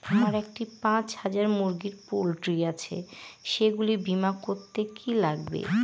আমার একটি পাঁচ হাজার মুরগির পোলট্রি আছে সেগুলি বীমা করতে কি লাগবে?